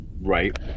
Right